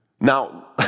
Now